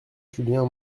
julien